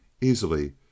easily